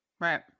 right